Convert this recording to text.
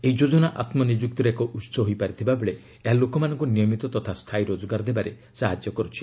ଏହି ଯୋଜନା ଆତ୍ମନିଯ୍ରକ୍ତିର ଏକ ଉତ୍ସ ହୋଇପାରିଥିବା ବେଳେ ଏହା ଲୋକମାନଙ୍କୁ ନିୟମତ ତଥା ସ୍ଥାୟୀ ରୋଜଗାର ଦେବାରେ ସାହାଯ୍ୟ କରୁଛି